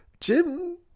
Jim